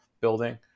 building